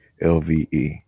l-v-e